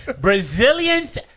Brazilians